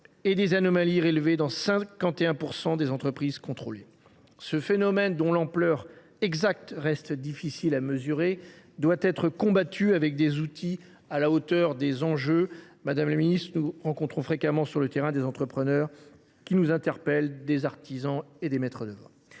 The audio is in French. des anomalies ont été relevées dans 51 % des entreprises contrôlées. Ce phénomène, dont l’ampleur exacte reste difficile à mesurer, doit être combattu avec des outils à la hauteur des enjeux. Madame la ministre, nous rencontrons fréquemment sur le terrain des entrepreneurs, des artisans et des maîtres d’œuvre